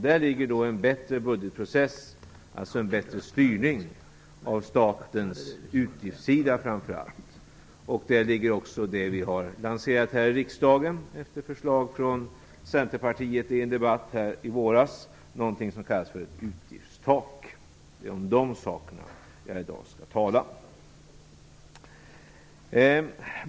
Däri ligger en bättre budgetprocess, alltså en bättre styrning framför allt av statens utgiftssida, och däri ligger också det som vi har lanserat här i riksdagen efter förslag från Centerpartiet i en debatt i våras - det s.k. utgiftstaket. Det är om de sakerna som jag i dag skall tala.